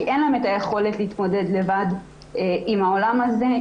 כי אין להן את היכולת להתמודד לבד עם העולם הזה.